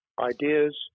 Ideas